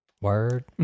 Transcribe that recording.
Word